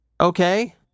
okay